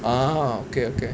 ah okay okay